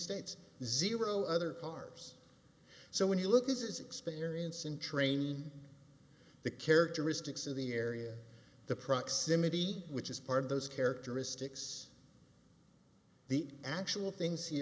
states zero other cars so when you look this is experience and train the characteristics of the area the proximity which is part of those characteristics the actual things he